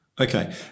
Okay